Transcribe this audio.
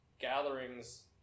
gatherings